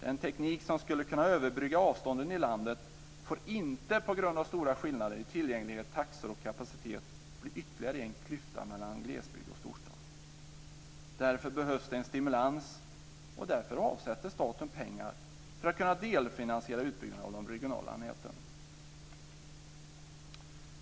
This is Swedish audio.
Den teknik som skulle kunna överbrygga avstånden i landet får inte på grund av stora skillnader i tillgänglighet, taxor och kapacitet bli ytterligare en klyfta mellan glesbygd och storstad. Därför behövs det en stimulans och därför avsätter staten pengar för att kunna delfinansiera utbyggnaden av de regionala näten.